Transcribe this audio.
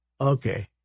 Okay